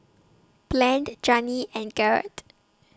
Blaine and Janine and Garett